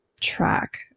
track